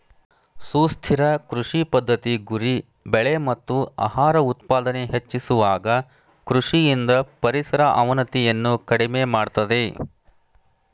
ಸುಸ್ಥಿರ ಕೃಷಿ ಪದ್ಧತಿ ಗುರಿ ಬೆಳೆ ಮತ್ತು ಆಹಾರ ಉತ್ಪಾದನೆ ಹೆಚ್ಚಿಸುವಾಗ ಕೃಷಿಯಿಂದ ಪರಿಸರ ಅವನತಿಯನ್ನು ಕಡಿಮೆ ಮಾಡ್ತದೆ